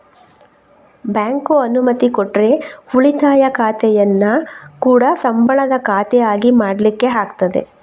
bank ಅನುಮತಿ ಕೊಟ್ರೆ ಉಳಿತಾಯ ಖಾತೆಯನ್ನ ಕೂಡಾ ಸಂಬಳದ ಖಾತೆ ಆಗಿ ಮಾಡ್ಲಿಕ್ಕೆ ಆಗ್ತದೆ